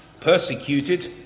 persecuted